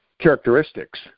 characteristics